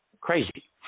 crazy